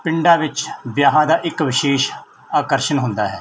ਪਿੰਡਾਂ ਵਿੱਚ ਵਿਆਹਾਂ ਦਾ ਇੱਕ ਵਿਸ਼ੇਸ਼ ਆਕਰਸ਼ਣ ਹੁੰਦਾ ਹੈ